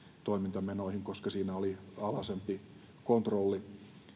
toimintamenoihin koska siinä oli alhaisempi kontrolli